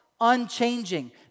unchanging